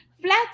flats